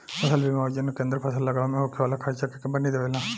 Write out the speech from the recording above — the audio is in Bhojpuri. फसल बीमा योजना के अंदर फसल लागावे में होखे वाला खार्चा के कंपनी देबेला